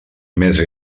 més